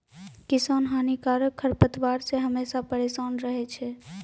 किसान हानिकारक खरपतवार से हमेशा परेसान रहै छै